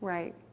Right